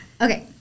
Okay